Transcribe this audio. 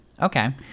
okay